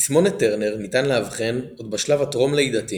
תסמונת טרנר ניתן לאבחן עוד בשלב הטרום-לידתי